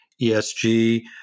esg